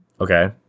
Okay